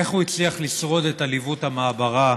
איך הוא הצליח לשרוד את עליבות המעברה,